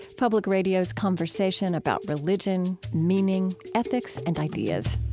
public radio's conversation about religion, meaning, ethics, and ideas